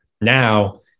Now